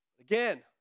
Again